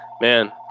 man